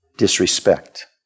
disrespect